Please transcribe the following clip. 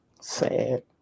sad